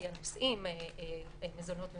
לפי הנושאים: דמי מזונות ומדור,